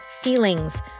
feelings